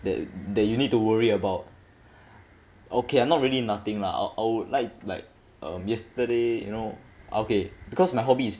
that that you need to worry about okay and not really nothing lah I I would like like um yesterday you know okay because my hobby is